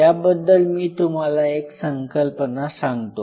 याबद्दल मी तुम्हाला एक संकल्पना सांगतो